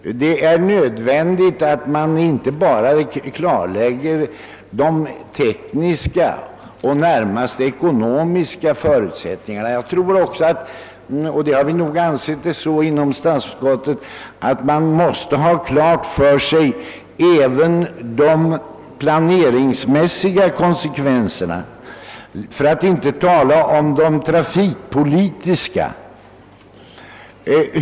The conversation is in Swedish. Det är nödvändigt att man inte bara klarlägger de tekniska och närmast ekonomiska förutsättningarna. Jag tror också — vi har nog inom statsutskottet ansett det —— att man måste ha klart för sig även de planeringsmässiga konsekvenserna för att inte tala om de trafikpolitiska.